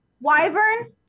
Wyvern